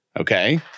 Okay